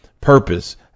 purpose